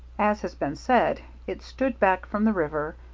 as has been said, it stood back from the river,